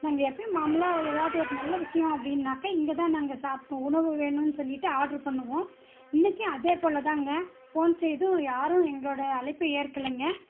நாங்கள் எப்பையும் மாமுலாக எதாவது ஒரு நல்ல விஷயம் அப்படினாக்க இங்கே தான் நாங்கள் சாப்பாடு உணவு வேணுன்னு சொல்லிவிட்டு ஆட்ரு பண்ணுவோம் இன்னைக்கும் அதேப் போல தாங்க போன் செய்தும் யாரும் எங்களோட அழைப்ப ஏற்கலைங்க